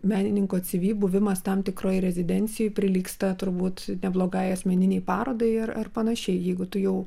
menininko cv buvimas tam tikroj rezidencijoj prilygsta turbūt neblogai asmeninei parodai ir ar panašiai jeigu tu jau